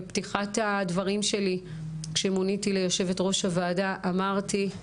בפתיחה של הדברים שלי כשמוניתי ליושבת ראש הוועדה אמרתי,